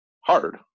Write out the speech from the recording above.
hard